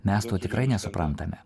mes to tikrai nesuprantame